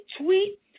tweet